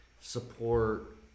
support